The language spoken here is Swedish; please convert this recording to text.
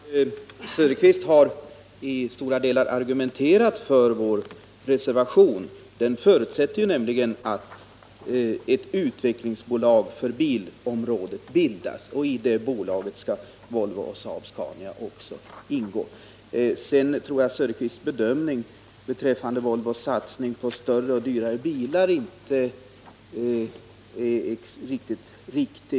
Herr talman! Oswald Söderqvist har i stora delar argumenterat för vår reservation. Den förutsätter nämligen att ett utvecklingsbolag för bilområdet bildas, och i det bolaget skall också Volvo och Saab-Scania ingå. Sedan tror jag att Oswald Söderqvists bedömning beträffande Volvos satsning på större och dyrare bilar inte är riktigt korrekt.